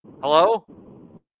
Hello